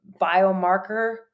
biomarker